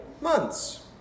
months